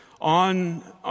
on